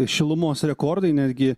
šilumos rekordai netgi